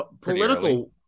political